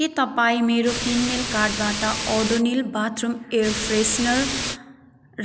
के तपाईँ मेरो किनमेल कार्टबाट ओडोनिल बाथरुम एयर फ्रेसनर